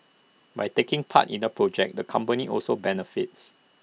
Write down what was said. by taking part in the project the companies also benefit